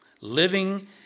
Living